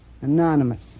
Anonymous